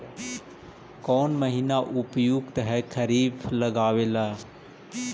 कौन महीना उपयुकत है खरिफ लगावे ला?